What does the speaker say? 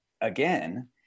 again